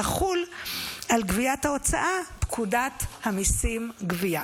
תחול על גביית ההוצאה פקודת המיסים (גבייה).